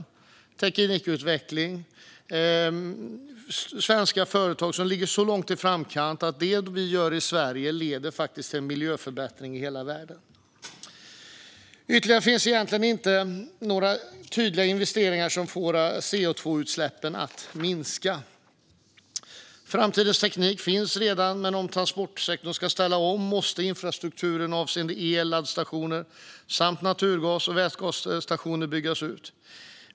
Det är teknikutveckling. Svenska företag ligger så långt i framkant att det de gör i Sverige faktiskt leder till en miljöförbättring i hela världen. Här finns egentligen inte några tydliga investeringar som får CO2-utsläppen att minska. Framtidens teknik finns redan, men om transportsektorn ska ställa om måste infrastrukturen avseende el och laddstationer samt naturgas och vätgasstationer byggas ut.